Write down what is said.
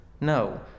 No